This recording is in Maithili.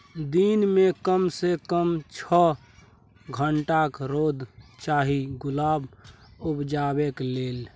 दिन मे कम सँ कम छअ घंटाक रौद चाही गुलाब उपजेबाक लेल